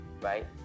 right